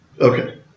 Okay